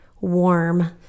warm